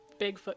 Bigfoot